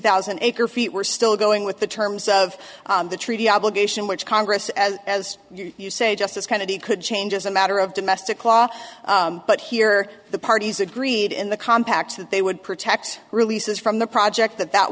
thousand acre feet we're still going with the terms of the treaty obligation which congress as as you say justice kennedy could change as a matter of domestic law but here the parties agreed in the compact that they would protect releases from the project that that